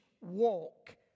walk